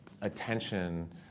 attention